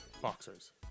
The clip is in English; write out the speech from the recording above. boxers